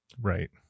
Right